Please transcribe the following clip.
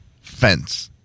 fence